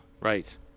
Right